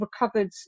recovered